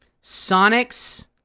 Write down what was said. Sonic's